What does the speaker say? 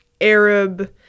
Arab